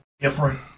different